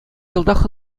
йӑлтах